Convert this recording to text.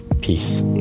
Peace